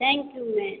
thank you ma'am